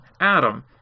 Adam